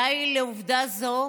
די בעובדה זו